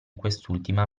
quest’ultima